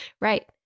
Right